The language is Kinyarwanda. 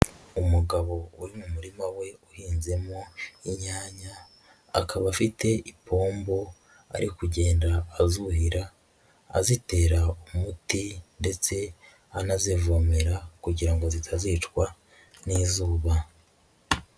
Umugabo uri mu murima we uhinzemo inyanya, akaba afite ipombo ari kugenda azuhira, azitera umuti ndetse anazivomera kugira ngo zitazicwa n'izuba.